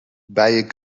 bijen